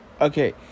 Okay